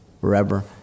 forever